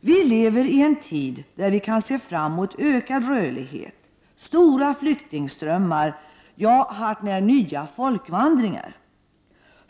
Vi lever i en tid där vi kan se fram emot ökad rörlighet och stora flyktingströmmar - ja, nya ”folkvandringar”.